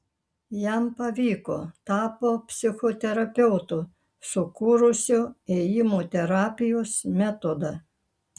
jam pavyko tapo psichoterapeutu sukūrusiu ėjimo terapijos metodą